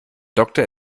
doktor